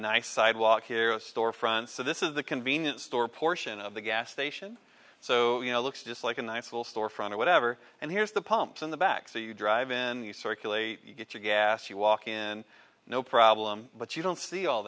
nice sidewalk hero store front so this is the convenience store portion of the gas station so you know looks just like a nice little storefront or whatever and here's the pumps in the back so you drive in circulate you get your gas you walk in no problem but you don't see all